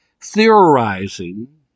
theorizing